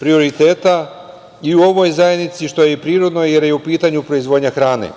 prioriteta i u ovoj zajednici, što je i prirodno, jer je u pitanju proizvodnja hrane.